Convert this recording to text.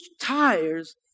tires